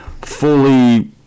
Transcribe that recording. fully